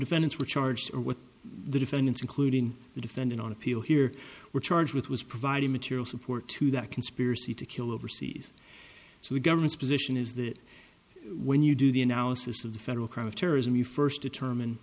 defendants were charged or what the defendants including the defendant on appeal here were charged with was providing material support to that conspiracy to kill overseas so the government's position is that when you do the analysis of the federal crime of terrorism you first determine